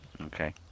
Okay